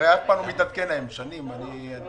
הרי שנים זה לא מתעדכן.